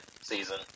season